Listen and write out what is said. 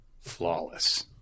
flawless